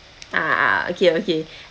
ah ah okay okay